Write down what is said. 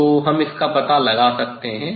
तो हम इसका पता लगा सकते हैं